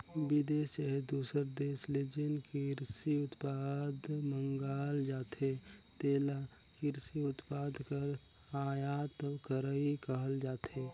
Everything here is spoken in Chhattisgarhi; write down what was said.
बिदेस चहे दूसर देस ले जेन किरसी उत्पाद मंगाल जाथे तेला किरसी उत्पाद कर आयात करई कहल जाथे